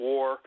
War